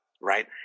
Right